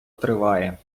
триває